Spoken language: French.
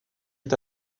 est